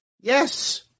Yes